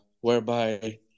whereby